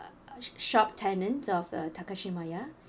uh shop tenants of uh Takashimaya